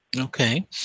Okay